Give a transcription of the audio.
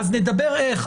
נדבר איך,